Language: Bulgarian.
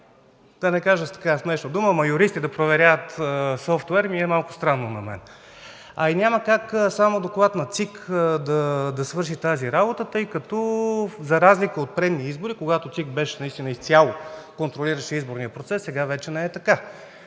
да не кажа смешна дума, но юристи да проверяват софтуер, ми е малко странно?! А и няма как само доклад на ЦИК да свърши тази работа, тъй като за разлика от предни избори, когато ЦИК изцяло контролираше изборния процес, сега вече не е така.